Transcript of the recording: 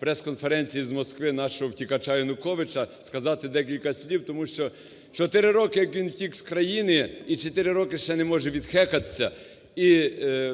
прес-конференції з Москви нашого втікача Януковича, сказати декілька слів, тому що 4 роки, як він втік з країни і 4 роки ще не може відхекатися. І